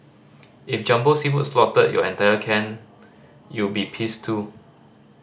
if Jumbo Seafood slaughtered your entire clan you'll be pissed too